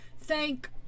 thank